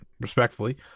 Respectfully